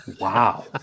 Wow